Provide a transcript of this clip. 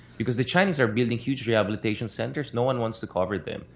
because the chinese are building huge rehabilitation centers, no one wants to cover them,